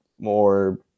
more